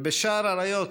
ובספר "שער האריות"